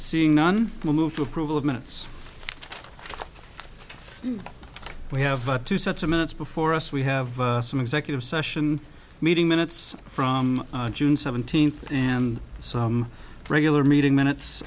seeing none move to approval of minutes we have two sets of minutes before us we have some executive session meeting minutes from june seventeenth and so regular meeting minutes